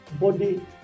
body